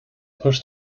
put